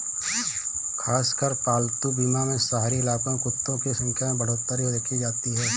खासकर पालतू बीमा में शहरी इलाकों में कुत्तों की संख्या में बढ़ोत्तरी देखी जाती है